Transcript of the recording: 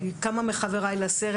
כמה מחבריי לסרט,